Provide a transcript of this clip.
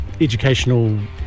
educational